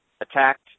attacked